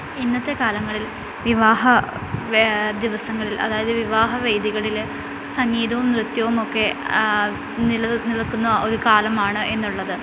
ഇന്നത്തെ കാലങ്ങളിൽ വിവാഹ ദിവസങ്ങളിൽ അതായത് വിവാഹ വേദികളിൽ സംഗീതവും നൃത്ത്യവും ഒക്കെ നിലനിൽക്കുന്ന ഒരു കാലമാണ് എന്നുള്ളത്